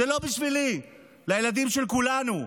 זה לא בשבילי, לילדים של כולנו.